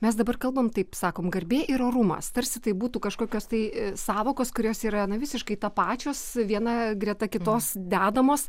mes dabar kalbam taip sakom garbė ir orumas tarsi tai būtų kažkokios tai sąvokos kurios yra na visiškai tapačios viena greta kitos dedamos